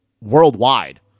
worldwide